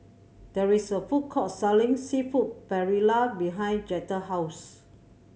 there is a food court selling Seafood Paella behind Jetta house